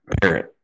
parent